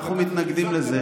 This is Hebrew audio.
אנחנו מתנגדים לזה.